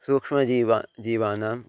सूक्ष्मजीवानां जीवानाम्